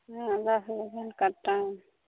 हँ दस बजे हुनका टाइम हइ